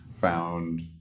found